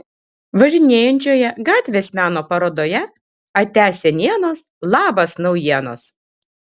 važinėjančioje gatvės meno parodoje atia senienos labas naujienos